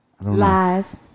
lies